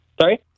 Sorry